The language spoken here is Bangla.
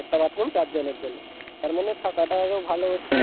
একটা বাথরুম চারজনের জন্য তার মানে থাকাটাও আরও ভালো হচ্ছে